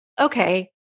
okay